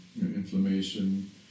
inflammation